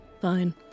Fine